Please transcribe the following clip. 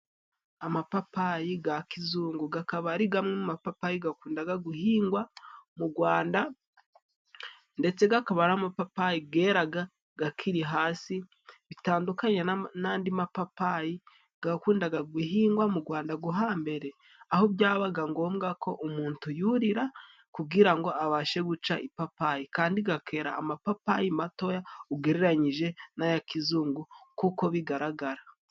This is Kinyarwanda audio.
Amapapayi ga kizungu gakaba ari gamwe mu mapapayi gakundaga guhingwa mu gwanda, ndetse gakaba ari amapapayi geraga gakiri hasi, bitandukanye n'andi mapapayi gakundaga guhingwa mu gwanda gwo hambere, aho byabaga ngombwa ko umuntu yurira kugira ngo abashe guca ipapayi, kandi gakera amapapayi matoya ugereranyije n'aga kizungu kuko bigaragara.